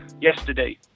yesterday